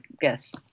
guess